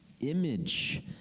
image